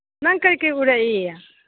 ꯅꯪ ꯀꯩ ꯀꯩ ꯎꯔꯛꯏ